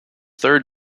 third